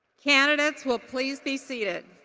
candidates will please be seated.